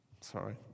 Sorry